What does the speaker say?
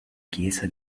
chiesa